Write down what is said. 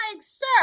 sir